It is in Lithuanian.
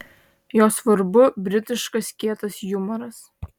jo svarbu britiškas kietas jumoras